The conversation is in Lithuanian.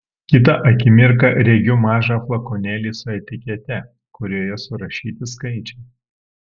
kitą akimirką regiu mažą flakonėlį su etikete kurioje surašyti skaičiai